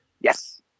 Yes